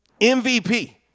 MVP